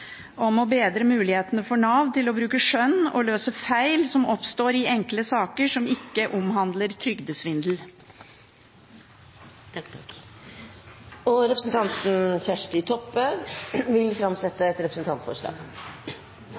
bedre muligheter for Nav til å bruke skjønn og løse feil som oppstår i enkle saker som ikke omhandler trygdesvindel. Representanten Kjersti Toppe vil framsette et representantforslag.